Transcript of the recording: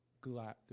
glad